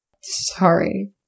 Sorry